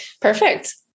Perfect